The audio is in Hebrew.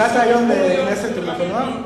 הגעת היום לכנסת עם אופנוע?